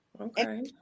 Okay